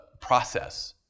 process